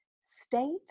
state